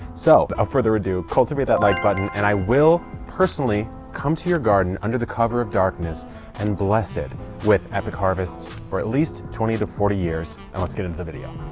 so without further ado, cultivate that like button and i will personally come to your garden under the cover of darkness and bless it with epic harvests for at least twenty to forty years. and let's get into the video.